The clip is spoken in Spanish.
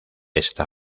esta